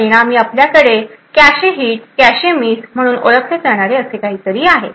परिणामी आपल्याकडे cache hit आणि कॅशे मिस म्हणून ओळखले जाणारे असे काहीतरी आहे